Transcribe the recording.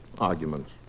Arguments